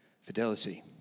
fidelity